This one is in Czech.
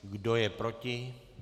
Kdo je proti?